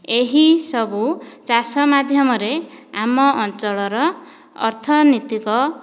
ଏହି ସବୁ ଚାଷ ମାଧ୍ୟମରେ ଆମ ଅଞ୍ଚଳର ଅର୍ଥନୀତିକ